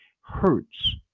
hurts